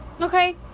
Okay